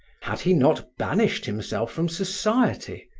had he not banished himself from society?